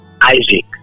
Isaac